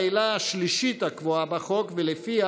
את החסינות בהתאם להצעת ועדת הכנסת, שלפיה